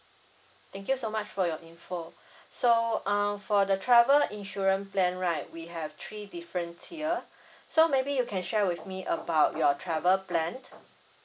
thank you so much for your info so uh for the travel insurance plan right we have three different tier so maybe you can share with me about your travel plan